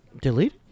Delete